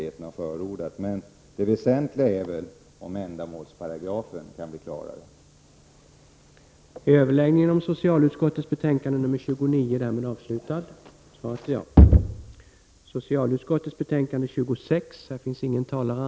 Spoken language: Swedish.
1989/90:132 Det väsentliga är väl om ändamålsparagrafen kan bli klarare. 31 maj 1990